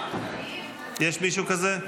יש מישהו כזה?